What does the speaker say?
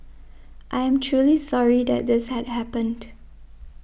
I am truly sorry that this had happened